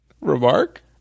remark